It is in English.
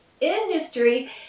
industry